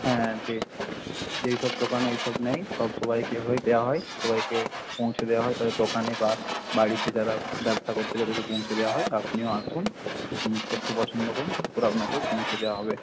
হ্যাঁ যে যেই সব দোকানে এই সব নেয় সব সবাইকে এভাবেই দেওয়া হয় সবাইকে পৌঁছে দেওয়া হয় তাদের দোকানে বা বাড়িতে যারা ব্যবসা করছে তাদেরকে পৌঁছে দেওয়া হয় আপনিও আসুন এসে জিনিসপত্র পছন্দ করুন তারপর আপনাকেও পৌঁছে দেওয়া হবে